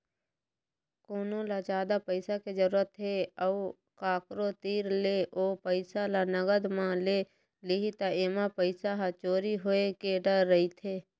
कोनो ल जादा पइसा के जरूरत हे अउ कखरो तीर ले ओ पइसा ल नगद म ले लिही त एमा पइसा ह चोरी होए के डर रहिथे